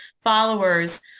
followers